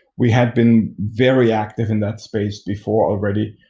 we had been very active in that space before already.